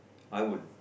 I would